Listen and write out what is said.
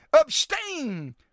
abstain